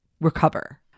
recover